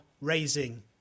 raising